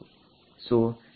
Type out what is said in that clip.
ಸೋಇದು ನಿಮ್ಮ